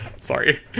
Sorry